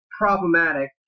problematic